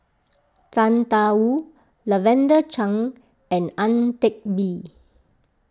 Tang Da Wu Lavender Chang and Ang Teck Bee